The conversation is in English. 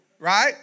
Right